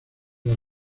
las